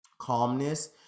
calmness